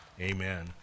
amen